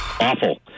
Awful